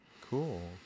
cool